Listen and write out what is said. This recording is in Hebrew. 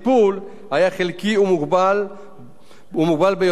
ביותר עד להגעת מומחה מהמשרד להגנת הסביבה.